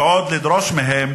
ועוד לדרוש מהם